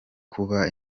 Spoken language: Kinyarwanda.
kuba